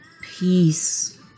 Peace